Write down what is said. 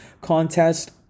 contest